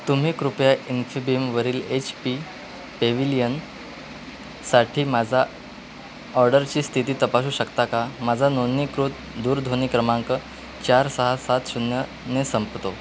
तुम्ही कृपया इम्फिबिमवरील एच पी पेव्हिलियनसाठी माझा ऑर्डरची स्थिती तपासू शकता का माझा नोंदणीकृत दूरध्वनी क्रमांक चार सहा सात शून्यने संपतो